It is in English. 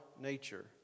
nature